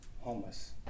homeless